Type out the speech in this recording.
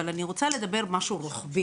אבל אני רוצה לדבר על משהו רוחבי.